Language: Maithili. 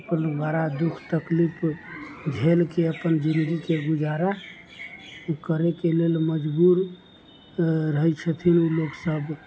बड़ा दुःख तकलीफ झेलके अपन जिनगीके गुजारा उ करैके लेल मजबूर रहै छथिन लोकसब